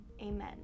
amen